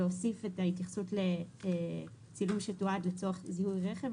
להוסיף את ההתייחסות לצילום שתועד לצורך זיהוי רכב,